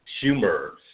humor